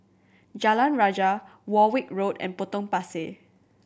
Jalan Rajah Warwick Road and Potong Pasir